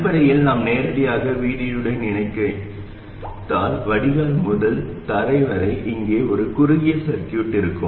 அடிப்படையில் நாம் நேரடியாக VDD உடன் இணைத்தால் வடிகால் முதல் தரை வரை இங்கே ஒரு குறுகிய சர்கியூட் இருக்கும்